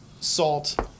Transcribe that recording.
salt